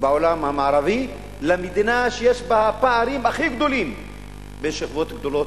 בעולם המערבי למדינה שיש בה הפערים הכי גדולים בין שכבות גדולות,